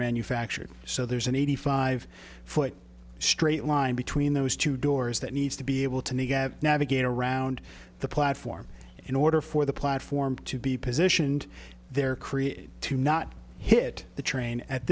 manufactured so there's an eighty five foot straight line between those two doors that needs to be able to get navigate around the platform in order for the platform to be positioned there created to not hit the train at